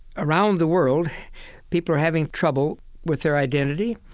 around the world people are having trouble with their identity,